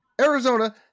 Arizona